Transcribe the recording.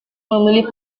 memilih